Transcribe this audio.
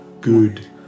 good